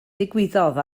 ddigwyddodd